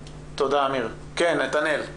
נתנאל,